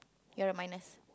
you're a minus